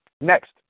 Next